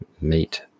meet